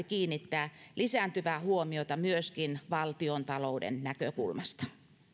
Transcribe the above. kiinnittää lisääntyvää huomiota myöskin valtiontalouden näkökulmasta